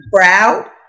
proud